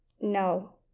No